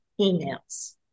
emails